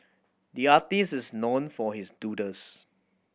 the artist is known for his doodles